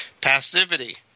Passivity